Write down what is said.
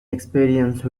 experience